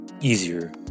easier